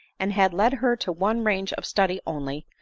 and had led her to one range of study only,